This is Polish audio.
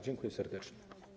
Dziękuję serdecznie.